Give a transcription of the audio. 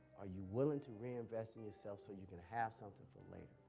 are you willing to reinvest in yourself so you can have something for later.